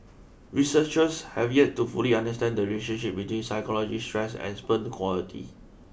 researchers have yet to fully understand the relationship between psychological stress and sperm quality